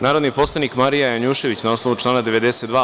Narodni poslanik Marija Janjušević, na osnovu člana 92.